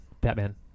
Batman